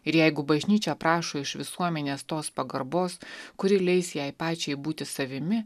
ir jeigu bažnyčia prašo iš visuomenės tos pagarbos kuri leis jai pačiai būti savimi